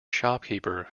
shopkeeper